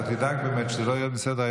אתה תדאג באמת שזה לא ירד מסדר-היום,